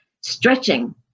stretching